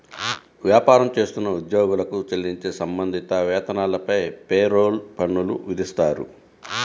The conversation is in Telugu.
వ్యాపారం చేస్తున్న ఉద్యోగులకు చెల్లించే సంబంధిత వేతనాలపై పేరోల్ పన్నులు విధిస్తారు